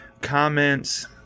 comments